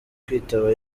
kwitaba